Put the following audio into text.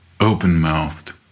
open-mouthed